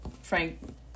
Frank